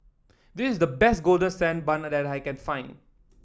this is the best Golden Sand Bun that I can find